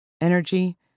energy